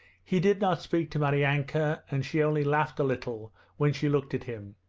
he did not speak to maryanka, and she only laughed a little when she looked at him.